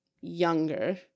younger